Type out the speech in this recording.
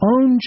Own